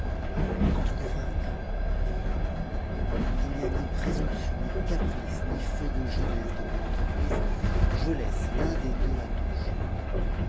pour te convaincre dit-il à l'eunuque qu'il n'y a i tresomption ni caprice ni feu de jeunesse dans mon entreprise je laisse l'un des deux à ton choix